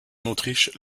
autriche